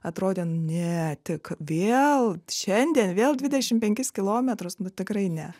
atrodė ne tik vėl šiandien vėl dvidešim penkis kilometrus nu tikrai ne